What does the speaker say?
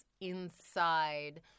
inside